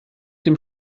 dem